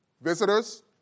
visitors